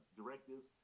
directives